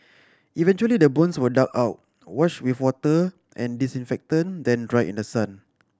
eventually the bones were dug out washed with water and disinfectant then dried in the sun